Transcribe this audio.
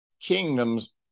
kingdoms